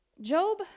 Job